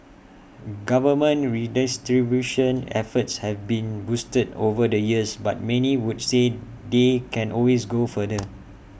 government redistribution efforts have been boosted over the years but many would say they can always go further